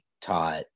taught